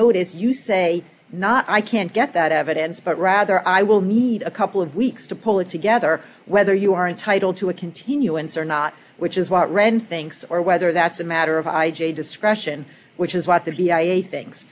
notice you say not i can't get that evidence but rather i will need a couple of weeks to pull it together whether you are entitled to a continuance or not which is what ren thinks or whether that's a matter of i j discretion which is what the v a things